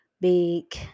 big